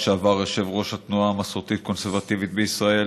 לשעבר יושבת-ראש התנועה המסורתית-קונסרבטיבית בישראל,